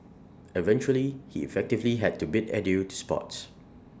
eventually he effectively had to bid adieu to sports